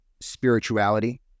spirituality